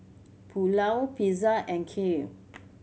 Pulao Pizza and Kheer